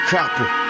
copper